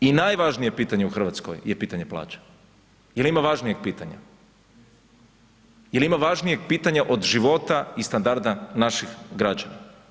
I najvažnije pitanje u Hrvatskoj je pitanje plaća, jel ima važnijeg pitanja, jel ima važnijeg pitanja od života i standarda naših građana.